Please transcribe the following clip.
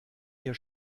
ihr